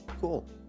Cool